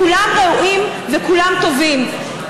כולם ראויים וכולם טובים,